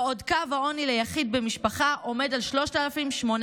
בעוד קו העוני ליחיד במשפחה עומד על 3,845